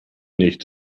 nicht